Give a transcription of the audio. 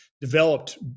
developed